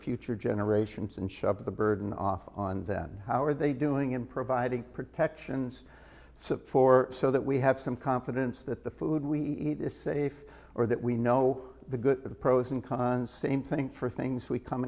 future generations and shove the burden off on them how are they doing in providing protections so for so that we have some confidence that the food we eat is safe or that we know the good the pros and cons same thing for things we come